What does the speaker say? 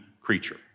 creature